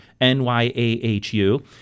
NYAHU